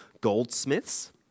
goldsmiths